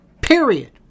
Period